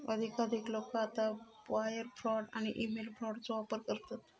अधिकाधिक लोका आता वायर फ्रॉड आणि ईमेल फ्रॉडचो वापर करतत